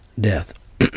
death